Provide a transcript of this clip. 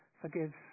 forgives